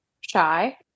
shy